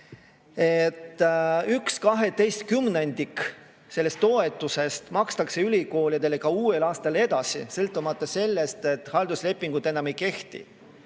1/12 sellest toetusest makstakse ülikoolidele ka uuel aastal edasi, sõltumata sellest, et halduslepingud enam ei kehti.